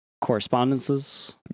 correspondences